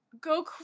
go